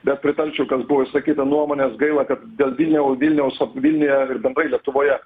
bet pritarčiau kas buvo išsakyta nuomonės gaila kad dėl viln vilniaus vilniuje ir bendrai lietuvoje